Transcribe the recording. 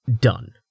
done